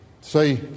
See